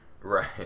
Right